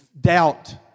doubt